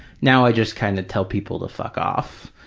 now i just kind of tell people to fuck off.